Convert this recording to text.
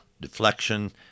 deflection